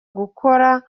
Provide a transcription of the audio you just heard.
gukora